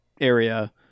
area